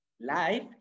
life